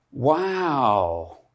Wow